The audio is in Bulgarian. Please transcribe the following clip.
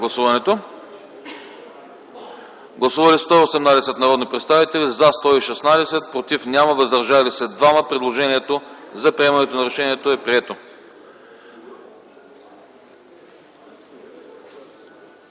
Гласували 118 народни представители: за 116, против няма, въздържали се 2. Предложението за решението е прието.